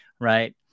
right